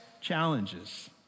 challenges